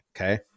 Okay